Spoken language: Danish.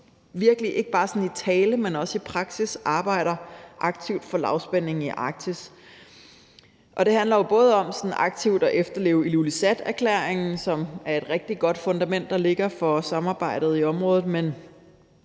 også – ikke bare i tale, men også i praksis – arbejder aktivt for lavspændingen i Arktis. Det handler jo både om aktivt at efterleve Ilulissaterklæringen, som er et rigtig godt fundament, der ligger for samarbejdet i området,